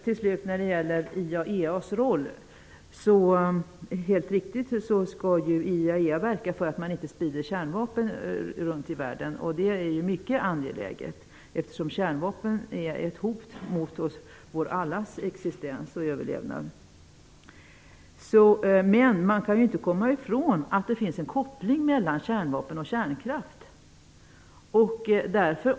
Till slut har vi frågan om IAEA:s roll. Helt riktigt skall IAEA verka för att kärnvapen inte sprids runt om i världen. Det är mycket angeläget. Kärnvapen är ett hot mot allas existens och överlevnad. Men det går inte att komma ifrån att det finns en koppling mellan kärnvapen och kärnkraft.